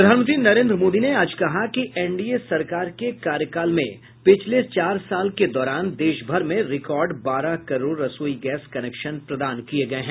प्रधानमंत्री नरेंद्र मोदी ने आज कहा कि एनडीए सरकार के कार्यकाल में पिछले चार साल के दौरान देश भर में रिकार्ड बारह करोड रसोई गैस कनेक्शन प्रदान किये गये हैं